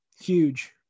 Huge